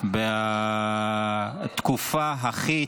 קרה משהו.